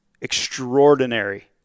extraordinary